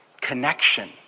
connection